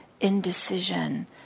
indecision